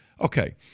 Okay